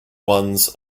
ones